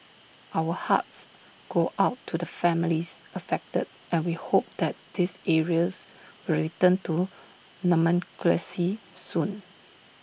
our hearts go out to the families affected and we hope that these areas will return to normalcy soon